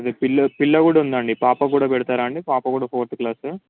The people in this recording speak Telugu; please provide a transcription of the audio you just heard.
అదే పిల్ల పిల్ల కూడా ఉందండి పాప కూడా పెడతారా అండి పాప కూడా ఫోర్త్ క్లాసు